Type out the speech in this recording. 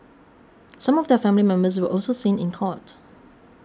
some of their family members were also seen in court